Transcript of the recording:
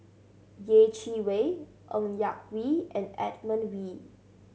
Yeh Chi Wei Ng Yak Whee and Edmund Wee